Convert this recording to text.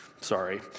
sorry